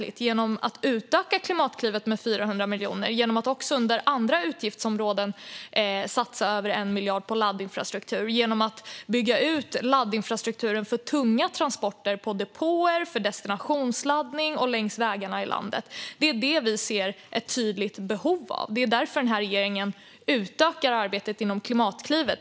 Vi gör det genom att utöka Klimatklivet med 400 miljoner, genom att under andra utgiftsområden satsa över 1 miljard på laddinfrastruktur och genom att bygga ut laddinfrastrukturen för tunga transporter på depåer för destinationsladdning och längs vägarna i landet. Det är det vi ser ett tydligt behov av. Det är därför regeringen utökar arbetet inom Klimatklivet.